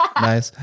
Nice